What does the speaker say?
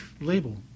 label